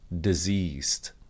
diseased